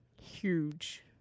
Huge